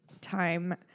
time